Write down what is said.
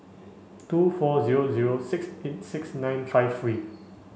two four zero zero six eight six nine five three